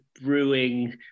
brewing